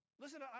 Listen